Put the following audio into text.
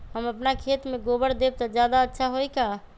हम अपना खेत में गोबर देब त ज्यादा अच्छा होई का?